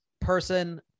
person